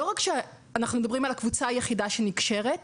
לא רק שאנחנו מדברים על הקבוצה היחידה שנקשרת,